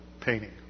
painting